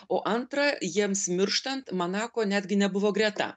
o antra jiems mirštant manako netgi nebuvo greta